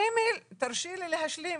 תרשי לי להשלים.